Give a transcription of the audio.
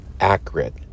accurate